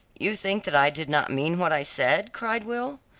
you think that i did not mean what i said, cried will.